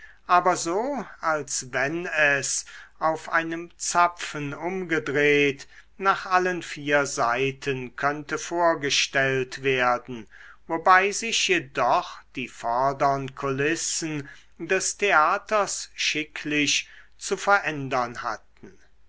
aber so als wenn es auf einem zapfen umgedreht nach allen vier seiten könnte vorgestellt werden wobei sich jedoch die vordern kulissen des theaters schicklich zu verändern hatten